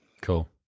cool